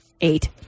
eight